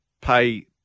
pay